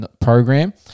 program